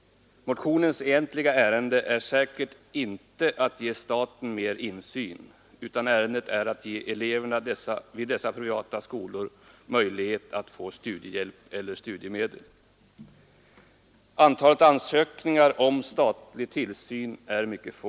Motionens egentliga ärende är säkert inte att ge staten mer insyn utan att ge eleverna vid dessa privata skolor möjlighet att få studiehjälp eller studiemedel. Antalet ansökningar om statlig tillsyn är mycket få.